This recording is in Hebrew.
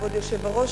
כבוד היושב-ראש,